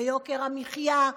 ליוקר המחיה,